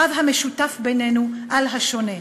רב המשותף בינינו על השונה.